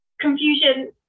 confusion